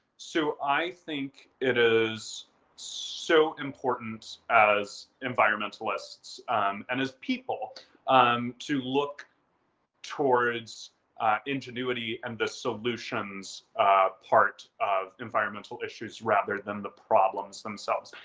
so i think it is so important as environmentalists and as people um to look towards ingenuity and the solutions part of environmental issues rather than the problems themselves.